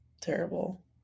terrible